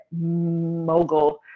Mogul